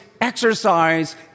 exercise